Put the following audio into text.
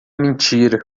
mentira